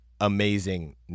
amazing